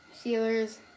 Steelers